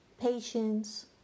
patience